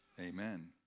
Amen